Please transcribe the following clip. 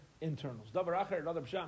internals